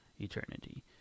eternity